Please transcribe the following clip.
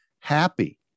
happy